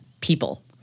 people